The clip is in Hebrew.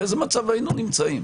באיזה מצב היינו נמצאים?